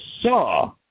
saw